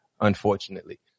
unfortunately